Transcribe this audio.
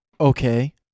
okay